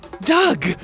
Doug